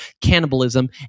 cannibalism